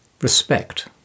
respect